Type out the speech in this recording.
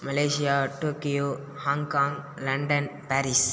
Malaysia Tokyo Hong Kong London Paris